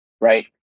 right